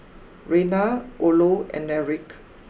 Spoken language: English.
Rena Orlo and Erik